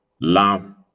love